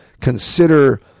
consider